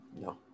No